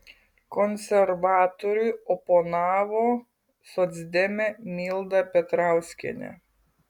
konservatoriui oponavo socdemė milda petrauskienė